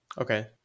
Okay